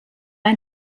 ein